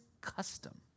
custom